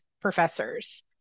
professors